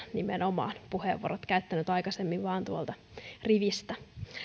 nimenomaan puhujapöntössä olen puheenvuorot käyttänyt aikaisemmin vain tuolta rivistä